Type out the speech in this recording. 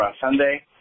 Sunday